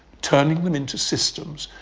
turning them into systems,